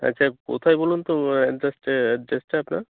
আচ্ছা কোথায় বলুন তো অ্যাড্রেসটা অ্যাড্রেসটা আপনার